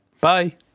Bye